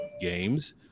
games